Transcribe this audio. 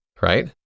right